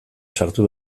sartu